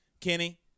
Kenny